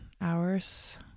hours